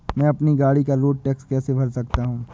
मैं अपनी गाड़ी का रोड टैक्स कैसे भर सकता हूँ?